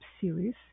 series